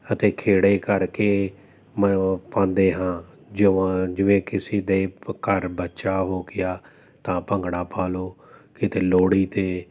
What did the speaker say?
ਅਤੇ ਖੇੜੇ ਕਰਕੇ ਮਤਬਲ ਪਾਉਂਦੇ ਹਾਂ ਜਵਾ ਜਿਵੇਂ ਕਿਸੇ ਦੇ ਘਰ ਬੱਚਾ ਹੋ ਗਿਆ ਤਾਂ ਭੰਗੜਾ ਪਾ ਲਓ ਕਿਤੇ ਲੋਹੜੀ 'ਤੇ